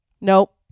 Nope